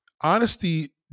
Honesty